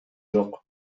жок